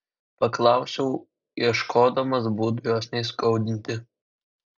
paklausiau ieškodamas būdų jos neįskaudinti